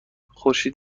خورشید